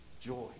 joy